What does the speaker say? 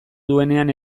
duenean